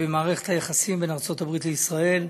במערכת היחסים בין ארצות הברית לישראל.